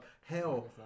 hell